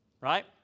right